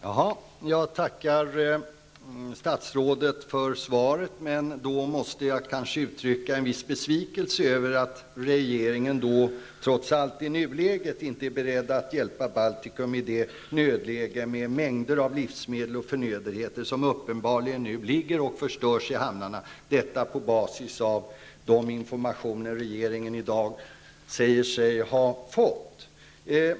Fru talman! Jag tackar statsrådet för svaret. Men jag måste nog uttrycka en viss besvikelse över att regeringen i nuläget trots allt inte är beredd att hjälpa Baltikum med tanke på det nödläge som är. En mängd livsmedel och andra förnödenheter ligger uppenbarligen kvar och förstörs i hamnarna -- detta sagt på basis av information som regeringen i dag säger sig ha fått.